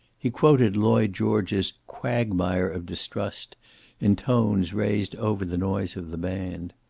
he quoted lloyd george's quagmire of distrust in tones raised over the noise of the band.